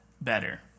better